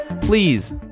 Please